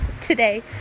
today